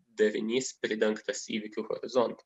darinys pridengtas įvykių horizontu